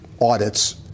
audits